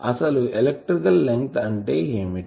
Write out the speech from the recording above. అసలు electrical length అంటే ఏమిటి